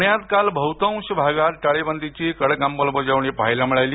पुण्यात काल बहुतांश भागात टाळेबंदीची कडक अंमलबजावणी पाहायला मिळाली